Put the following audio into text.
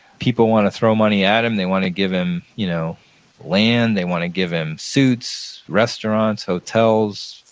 people want to throw money at him. they want to give him you know land. they want to give him suits, restaurants, hotels,